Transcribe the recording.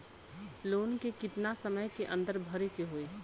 Loan के कितना समय के अंदर भरे के होई?